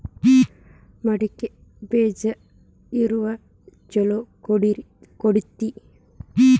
ಮಡಕಿ ಬೇಜ ಇಳುವರಿ ಛಲೋ ಕೊಡ್ತೆತಿ?